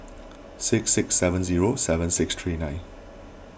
six six seven zero seven six three nine